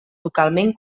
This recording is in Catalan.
localment